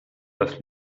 das